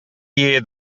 year